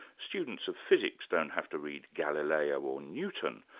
students of physics don't have to read galileo or newton,